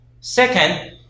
Second